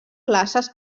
classes